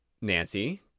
Nancy